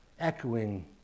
echoing